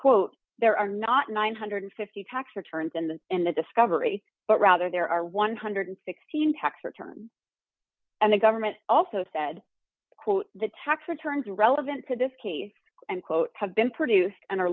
quote there are not nine hundred and fifty dollars tax returns in the in the discovery but rather there are one hundred and sixteen dollars heckert and the government also said quote the tax returns relevant to this case and quote have been produced and are